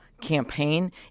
campaign